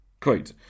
Quote